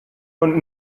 und